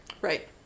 Right